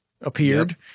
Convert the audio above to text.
appeared